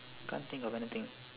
can't think of anything